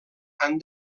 han